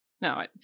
no